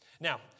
Now